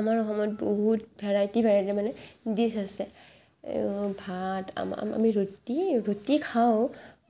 আমাৰ অসমত বহুত ভেৰাইটি ভেৰাইটি মানে ডিছ আছে ভাত আমা আমি ৰুটি ৰুটি খাওঁ